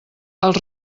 els